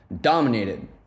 dominated